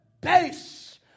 base